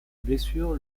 blessures